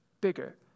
bigger